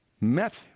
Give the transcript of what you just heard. met